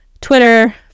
Twitter